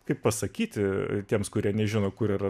kaip pasakyti tiems kurie nežino kur yra